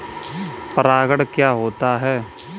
परागण क्या होता है?